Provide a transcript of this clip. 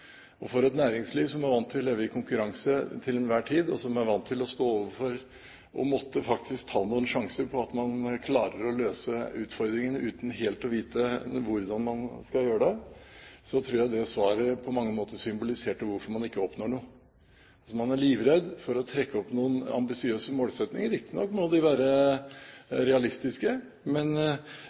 For et næringsliv som er vant til å leve med konkurranse til enhver tid, og som er vant til å stå overfor faktisk å måtte ta noen sjanser på at man klarer å løse utfordringene uten helt å vite hvordan man skal gjøre det, tror jeg det svaret på mange måter symboliserte hvorfor man ikke oppnår noe. Man er livredd for å trekke opp noen ambisiøse målsettinger – riktignok må de være realistiske